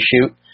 shoot